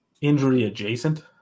injury-adjacent